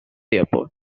airport